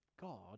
God